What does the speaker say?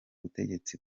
butegetsi